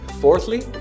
Fourthly